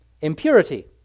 impurity